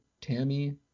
Tammy